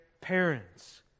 parents